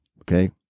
Okay